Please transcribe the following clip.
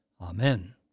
Amen